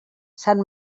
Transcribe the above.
sant